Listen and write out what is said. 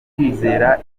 kwizera